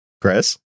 Chris